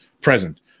Present